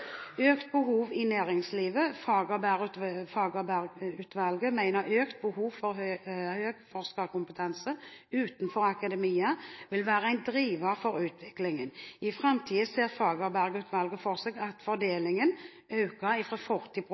økt behov i næringslivet, mener Fagerberg-utvalget at økt behov for høy forskerkompetanse utenfor akademia vil være en driver for utviklingen. I framtiden ser Fagerberg-utvalget for seg at fordelingen øker